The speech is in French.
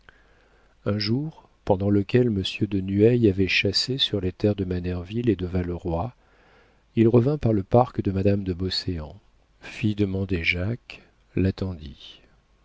un jour pendant lequel monsieur de nueil avait chassé sur les terres de manerville et de valleroy il revint par le parc de madame de beauséant fit demander jacques